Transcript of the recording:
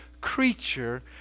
creature